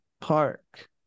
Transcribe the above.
park